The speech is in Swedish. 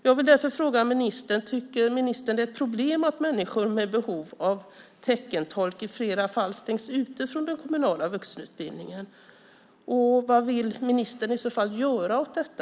Jag vill därför fråga ministern: Tycker ministern att det är ett problem att människor med behov av teckentolk i flera fall stängs ute från den kommunala vuxenutbildningen? Vad vill ministern i så fall göra åt detta?